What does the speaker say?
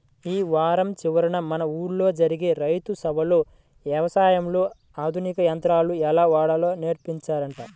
యీ వారం చివరన మన ఊల్లో జరిగే రైతు సభలో యవసాయంలో ఆధునిక యంత్రాలు ఎలా వాడాలో నేర్పిత్తారంట